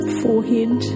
forehead